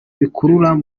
bikuru